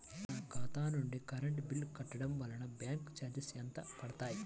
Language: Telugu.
నా ఖాతా నుండి కరెంట్ బిల్ కట్టడం వలన బ్యాంకు చార్జెస్ ఎంత పడతాయా?